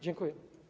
Dziękuję.